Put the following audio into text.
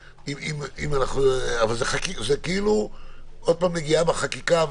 אבל זה כאילו עוד פעם נגיעה בחקיקה,